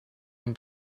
und